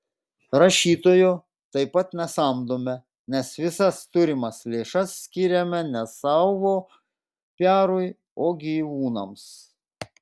rašytojo taip pat nesamdome nes visas turimas lėšas skiriame ne savo piarui o gyvūnams